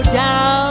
down